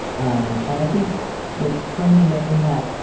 um and i think like framing it in that.